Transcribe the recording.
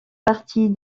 partie